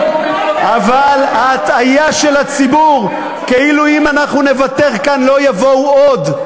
אבל ההטעיה של הציבור כאילו אם אנחנו נוותר כאן לא יבואו עוד,